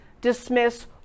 dismiss